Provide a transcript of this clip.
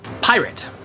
Pirate